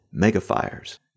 megafires